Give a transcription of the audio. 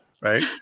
right